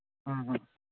ꯎꯝ ꯎꯝ